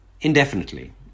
indefinitely